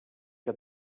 que